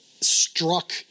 struck